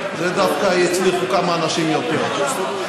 דווקא הצליחו כמה אנשים יותר.